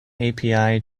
api